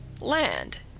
Land